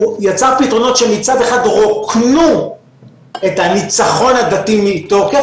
זה שהוא יצר פתרונות שמצד אחד רוקנו את הניצחון הדתי מתוקף,